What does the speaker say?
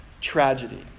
tragedy